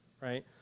right